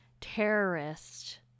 terrorist